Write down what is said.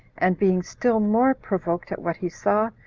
and being still more provoked at what he saw,